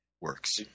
Works